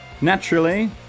Naturally